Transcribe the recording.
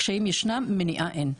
קשיים ישנם, מניעה אין.